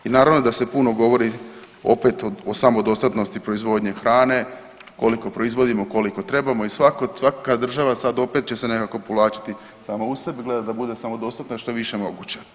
I naravno da se puno govori o samodostatnosti proizvodnje hrane, koliko proizvodimo, koliko trebamo i svako, svaka država sad opet će se nekako povlačiti samo u sebe i gledati da bude samodostatna što je više moguće.